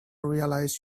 realize